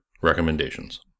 Recommendations